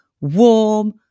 warm